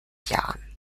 jahren